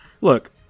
look